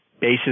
basis